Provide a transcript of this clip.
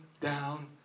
down